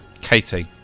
katie